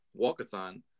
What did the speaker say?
walkathon